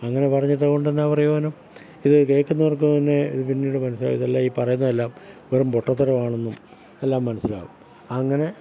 അങ്ങനെ പറഞ്ഞിതുകൊണ്ട് എന്നാ പ്രയോജനം ഇത് കേൾക്കുന്നവർക്ക് തന്നെ ഇത് പിന്നീട് മനസ്സിലാകും ഇതെല്ലാം ഈ പറയുന്നതെല്ലാം വെറും പൊട്ടത്തരമാണെന്നും എല്ലാം മനസ്സിലാവും അങ്ങനെ